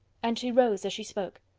and she rose as she spoke.